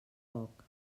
foc